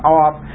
off